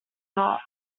not